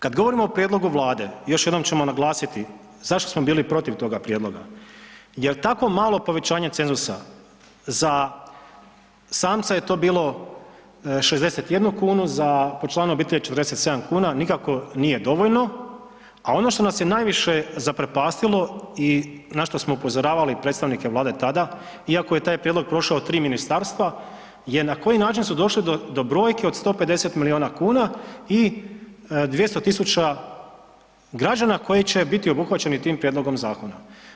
Kad govorimo o prijedlogu Vlade, još jednom ćemo naglasiti, zašto smo bili protiv toga prijedloga, jer tako malo povećanje cenzusa, za samca je to bilo 61 kunu, za po članu obitelji 47 kuna, nikako nije dovoljno, a ono što nas je najviše zaprepastilo i na što smo upozoravali predstavnike Vlade tada, iako je taj prijedlog prošao 3 ministarstva je na koji način su došli do brojke od 150 milijuna kuna i 200 tisuća građana koji će biti obuhvaćeni tim prijedlogom zakona.